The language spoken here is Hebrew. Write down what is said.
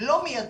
לא מיידית,